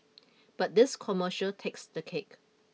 but this commercial takes the cake